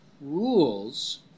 rules